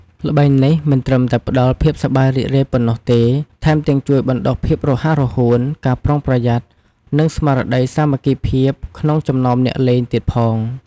ល្បែងនេះមិនត្រឹមតែផ្ដល់ភាពសប្បាយរីករាយប៉ុណ្ណោះទេ ថែមទាំងជួយបណ្ដុះភាពរហ័សរហួន ការប្រុងប្រយ័ត្ន និងស្មារតីសាមគ្គីភាពក្នុងចំណោមអ្នកលេងទៀតផង។